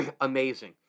amazing